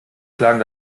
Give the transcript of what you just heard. klagen